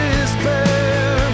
despair